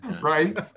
Right